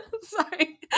Sorry